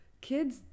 kids